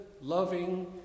loving